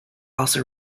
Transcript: also